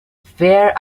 fair